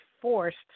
forced